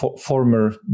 former